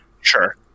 sure